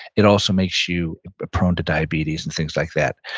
it also makes you prone to diabetes and things like that,